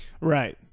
Right